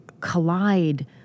collide